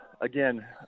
again